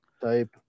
Type